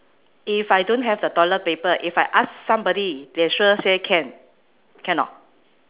if I don't have the toilet paper if I ask somebody they sure say can can or not